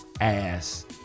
ass